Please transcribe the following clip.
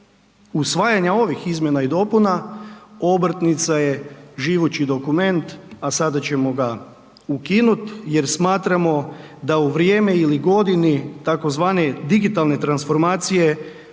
usvajanja ovih izmjena i dopuna obrtnica je živući dokument, a sada ćemo ga ukinut jer smatramo da u vrijeme ili godini tzv. digitalne transformacije